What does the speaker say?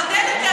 דירות.